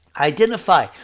Identify